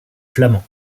flamand